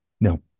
No